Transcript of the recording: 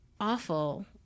awful